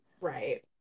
Right